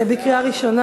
(תיקון מס' 54) בקריאה ראשונה.